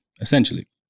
essentially